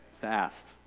fast